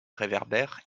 réverbères